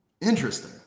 Interesting